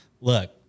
look